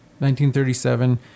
1937